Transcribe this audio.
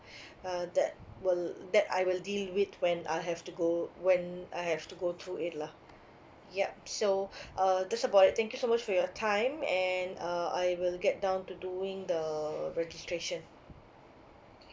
uh that will that I will deal with when I'll have to go when I have to go through it lah yup so uh that's about it thank you so much for your time and uh I will get down to doing the registration